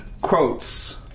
quotes